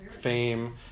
fame